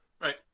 Right